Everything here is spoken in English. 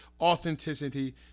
authenticity